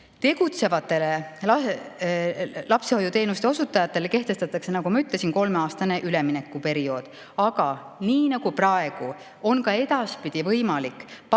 Tegutsevatele lapsehoiuteenuse osutajatele kehtestatakse, nagu ma ütlesin, kolmeaastane üleminekuperiood, aga nii nagu praegu, on ka edaspidi võimalik pakkuda